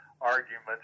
arguments